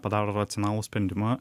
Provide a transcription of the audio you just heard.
padaro racionalų sprendimą